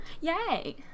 Yay